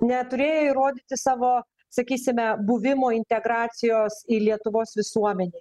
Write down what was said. neturėjo įrodyti savo sakysime buvimo integracijos į lietuvos visuomenei